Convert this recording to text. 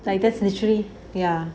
like this literally ya